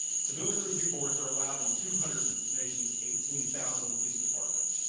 civilian review boards are allowed in two hundred of this nation's eighteen thousand police departments,